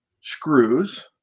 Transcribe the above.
screws